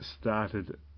started